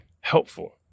helpful